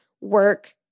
work